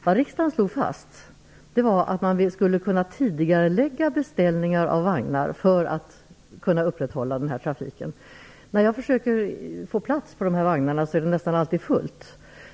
Vad riksdagen slog fast var att man skulle kunna tidigarelägga beställningar av vagnar för att kunna upprätthålla den här trafiken. När jag försöker få plats på de här vagnarna är det nästan alltid fullt.